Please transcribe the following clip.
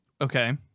Okay